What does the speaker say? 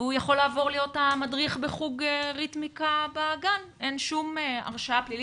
והוא יכול לעבור להיות המדריך בחוק ריתמיקה בגן אין שום הרשעה פלילית,